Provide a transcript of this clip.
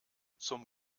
zum